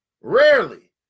rarely